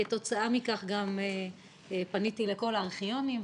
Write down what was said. כתוצאה מכך גם פניתי לכל הארכיונים,